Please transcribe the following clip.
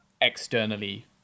externally